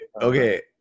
Okay